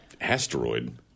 Asteroid